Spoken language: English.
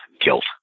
guilt